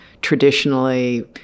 traditionally